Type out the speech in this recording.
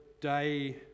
day